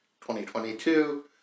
2022